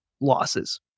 losses